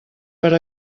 per